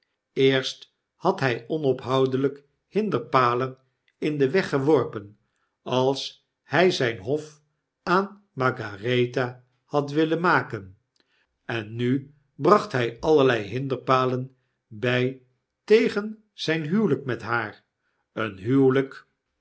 eerst had hg onophoudelp hinderpalen in den weg geworpen als hy zijn hof aan margarethe had willenmaken en nu bracht hg allerlei hinderpalen b j tegen zp huwelijk met haar een huwelyk